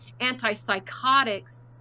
antipsychotics